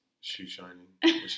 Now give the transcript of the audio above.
shoe-shining